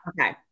okay